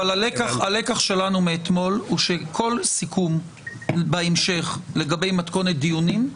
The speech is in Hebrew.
הלקח שלנו מאתמול שכל סיכום בהמשך לגבי מתכונת דיונים,